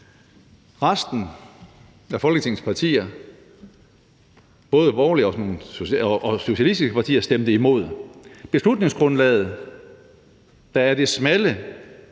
Resten af Folketingets partier, både borgerlige og socialistiske partier, stemte imod. Beslutningsgrundlaget, hvorpå det smalle